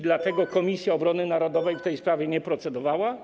Dlatego Komisja Obrony Narodowej w tej sprawie nie procedowała?